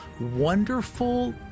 wonderful